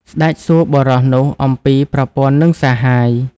ស្ដេចសួរបុរសនោះអំពីប្រពន្ធនិងសហាយ។